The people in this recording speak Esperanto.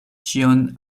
ĉion